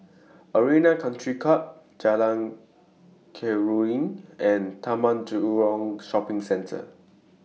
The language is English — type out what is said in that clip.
Arena Country Club Jalan Keruing and Taman Jurong Shopping Centre